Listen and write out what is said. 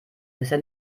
bisher